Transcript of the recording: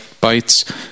bites